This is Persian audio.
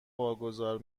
واگذار